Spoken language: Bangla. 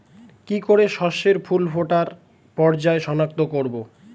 কি করে শস্যের ফুল ফোটার পর্যায় শনাক্ত করব?